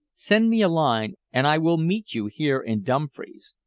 send me a line and i will meet you here in dumfries.